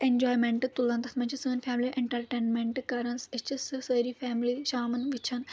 enjoyment تُلان تَتھ منٛز چھِ سٲنۍ فیملی انٹَرٹینمینٛٹ کران أسۍ چھِ سُہ سٲری فیملی شامَن وٕچھان